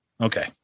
Okay